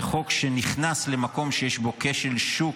זה חוק שנכנס למקום שיש בו כשל שוק,